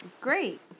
Great